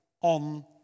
on